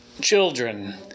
children